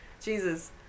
Jesus